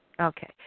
Okay